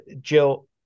Jill